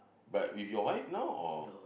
but with your wife now or